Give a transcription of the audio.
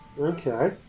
Okay